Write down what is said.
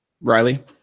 Riley